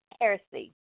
heresy